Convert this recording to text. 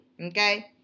Okay